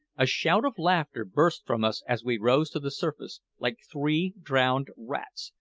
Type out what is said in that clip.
a shout of laughter burst from us as we rose to the surface, like three drowned rats,